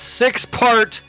six-part